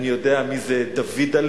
אני יודע מי זה דוד'לה,